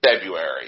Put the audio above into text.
February